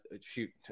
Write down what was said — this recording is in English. shoot